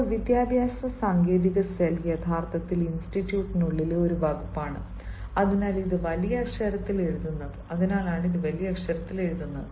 ഇപ്പോൾ വിദ്യാഭ്യാസ സാങ്കേതിക സെൽ യഥാർത്ഥത്തിൽ ഇൻസ്റ്റിറ്റ്യൂട്ടിനുള്ളിലെ ഒരു വകുപ്പാണ് അതിനാലാണ് ഇത് വലിയ അക്ഷരങ്ങളിൽ എഴുതുന്നത്